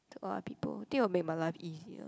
to other people think it will make my life easier